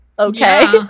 Okay